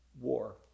war